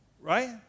Right